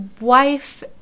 wife